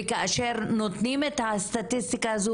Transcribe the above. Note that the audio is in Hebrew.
וכאשר נותנים את הסטטיסטיקה הזו,